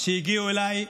שהגיעו אליי,